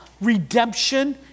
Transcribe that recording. redemption